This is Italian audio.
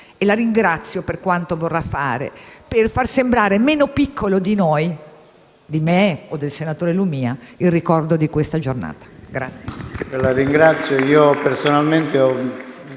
La ringrazio per quanto vorrà fare per fare sembrare meno piccolo di noi, di me o del senatore Lumia, il ricordo di questa giornata.